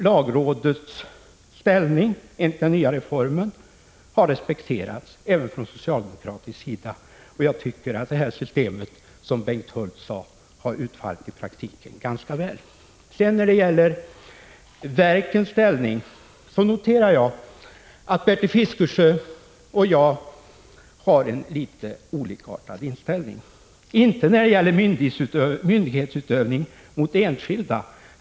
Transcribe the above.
Lagrådets ställning enligt den nya reformen har respekterats även från socialdemokratisk sida. Jag tycker att det här systemet, som Bengt Hult sade, har utfallit ganska väl i praktiken. Beträffande verkens ställning noterar jag att Bertil Fiskesjö och jag har litet olika inställning. Det gäller inte myndighetsutövning mot enskilda.